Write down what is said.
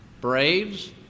braves